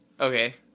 Okay